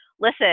listen